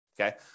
okay